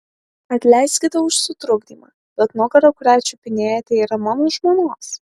atleiskite už sutrukdymą bet nugara kurią čiupinėjate yra mano žmonos